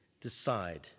decide